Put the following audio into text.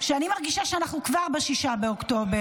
שאני מרגישה שאנחנו כבר ב-6 באוקטובר.